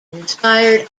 inspired